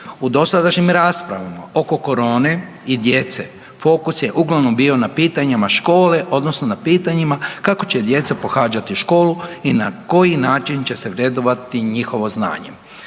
U dosadašnjim raspravama oko korone i djece, fokus je uglavnom bio na pitanjima škole, odnosno na pitanjima kako će djeca pohađati školu i na koji način će se vrednovati njihovo znanje.